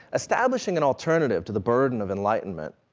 establishing an alternative to the burden of enlightenment,